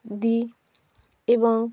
দিই এবং